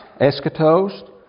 eschatos